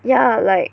ya like